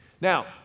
Now